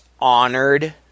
honored